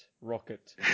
rocket